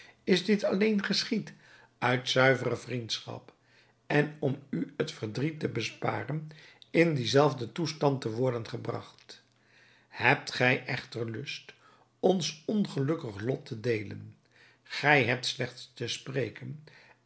is dit alleen geschied uit zuivere vriendschap en om u het verdriet te besparen in dienzelfden toestand te worden gebragt hebt gij echter lust ons ongelukkig lot te deelen gij hebt slechts te spreken